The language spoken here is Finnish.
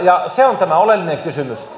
ja se on tämä oleellinen kysymys